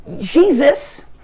Jesus